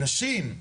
נשים,